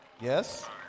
Yes